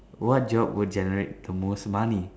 what job would generate the most money